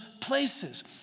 places